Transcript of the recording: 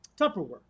Tupperware